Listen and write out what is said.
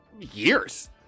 years